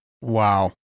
Wow